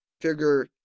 figure